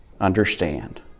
understand